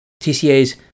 TCAs